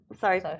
Sorry